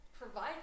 provide